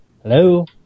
Hello